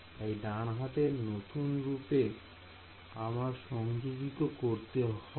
তাই ডান হাতের নতুন রূপে আমার সংযোজিত করতে হবে